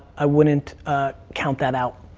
i wouldn't count that out.